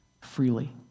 freely